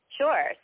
Sure